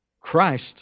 Christ